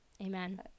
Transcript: Amen